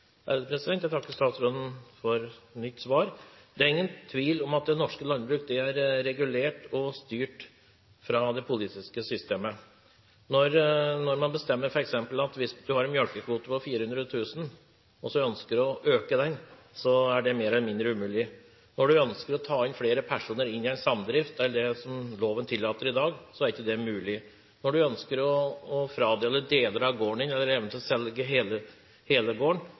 Jeg takker statsråden for nytt svar. Det er ingen tvil om at det norske landbruket er regulert og styrt fra det politiske systemet. Bestemmelsene er slik at hvis du f.eks. har en melkekvote på 400 000 liter og ønsker å øke den, er det mer eller mindre umulig. Når du ønsker å ta flere personer inn i en samdrift enn det som loven tillater i dag, er det ikke mulig. Når du ønsker å fradele deler av gården din, eller eventuelt selge hele gården,